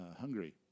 Hungary